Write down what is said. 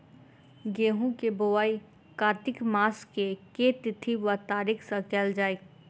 गेंहूँ केँ बोवाई कातिक मास केँ के तिथि वा तारीक सँ कैल जाए?